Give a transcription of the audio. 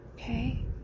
Okay